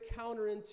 counterintuitive